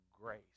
grace